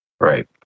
right